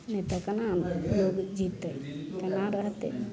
नहि तऽ केना जीतय केना रहतय